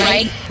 Right